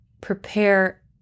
prepare